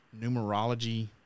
numerology